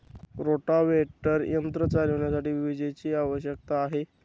rotavator यंत्र चालविण्यासाठी विजेची आवश्यकता आहे